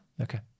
Okay